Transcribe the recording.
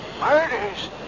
Murders